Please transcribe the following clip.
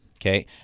Okay